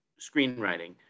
screenwriting